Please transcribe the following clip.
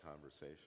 conversation